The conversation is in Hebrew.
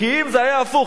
כי אם זה היה הפוך,